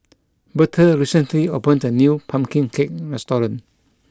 Bertha recently opened a new pumpkin cake restaurant